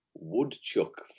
Woodchuck